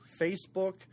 Facebook